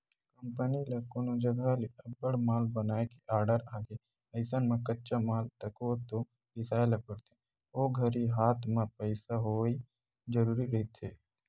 company ल कोनो जघा ले अब्बड़ माल बनाए के आरडर आगे अइसन म कच्चा माल तको तो बिसाय ल परथे ओ घरी हात म पइसा होवई जरुरी रहिथे